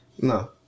no